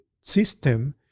system